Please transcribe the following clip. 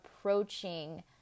approaching